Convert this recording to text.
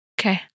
Okay